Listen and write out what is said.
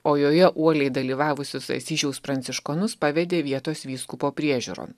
o joje uoliai dalyvavusius asyžiaus pranciškonus pavedė vietos vyskupo priežiūron